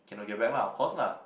cannot get back lah of course lah